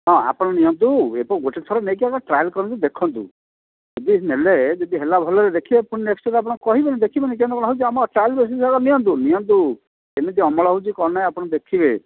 ହଁ ଆପଣ ନିଅନ୍ତୁ ଏବଂ ଗୋଟେ ଥର ନେଇକି ଆଗ ଟ୍ରାଏଲ୍ କରନ୍ତୁ ଦେଖନ୍ତୁ ଏବେ ନେଲେ ଯଦି ହେଲା ଭଲରେ ଦେଖିବେ ପୁଣି ନେକ୍ସ୍ଟକୁ ଆପଣ କହିବେନି ଦେଖିବେନି କେମିତି ଅମଳ ହେଉଛି ଆପଣ ଟ୍ରାଏଲ୍ ବେସିସ୍ରେ ଆଗ ନିଅନ୍ତୁ ନିଅନ୍ତୁ କେମିତି ଅମଳ ହେଉଛି କ'ଣ ନାଇଁ ଆପଣ ଦେଖିବେ